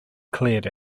cleared